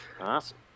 awesome